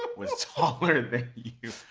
ah was taller than you.